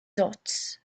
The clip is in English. dots